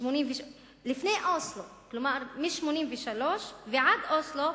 כלומר מ-1983 ועד אוסלו,